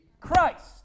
Christ